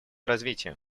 развития